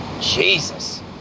Jesus